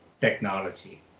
technology